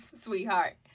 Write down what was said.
sweetheart